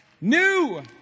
new